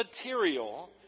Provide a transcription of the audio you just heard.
material